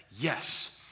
Yes